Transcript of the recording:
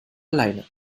alleine